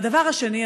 והדבר השני,